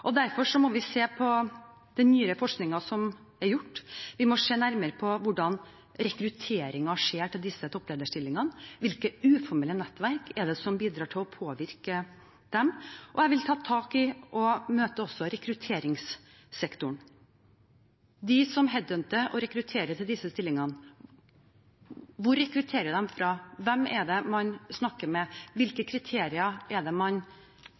Derfor må vi se på den nyere forskningen som er gjort. Vi må se nærmere på hvordan rekrutteringen skjer til disse topplederstillingene. Hvilke uformelle nettverk er det som bidrar til å påvirke dem? Jeg vil også ta tak i og møte rekrutteringssektoren. De som headhunter og rekrutterer til disse stillingene, hvor rekrutterer de fra? Hvem er det man snakker med? Hvilke kriterier er det man